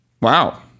Wow